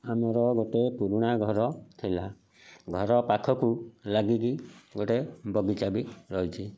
ଆମର ଗୋଟେ ପୁରୁଣା ଘର ଥିଲା ଘର ପାଖକୁ ଲାଗିକି ଗୋଟେ ବଗିଚା ବି ରହିଛି